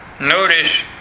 Notice